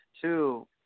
Two